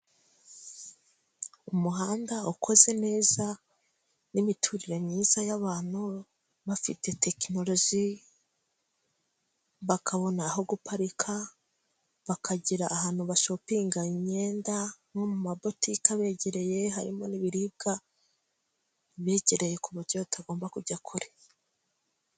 Umuhanda ukoze neza n'imiturire myiza y'abantu, bafite tekinoloji, bakabona aho guparika, bakagera ahantu bashopinga imyenda nko mu ma butike abegereye, harimo n'ibiribwa bibegereye ku buryo batagomba kujya kure.